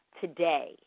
today